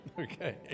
okay